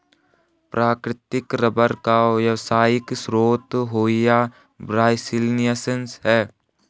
प्राकृतिक रबर का व्यावसायिक स्रोत हेविया ब्रासिलिएन्सिस है